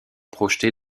projetés